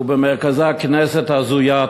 ובמרכזה כנסת הזויה,